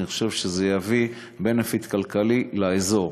אני חושב שזה יביא benefit כלכלי לאזור.